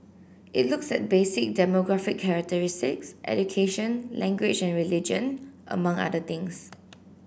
it looks at basic demographic characteristics education language and religion among other things